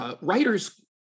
writers